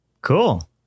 Cool